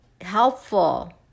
helpful